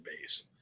base